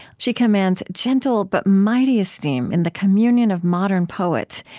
she commands gentle but mighty esteem in the communion of modern poets,